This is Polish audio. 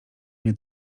nie